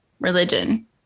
religion